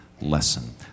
lesson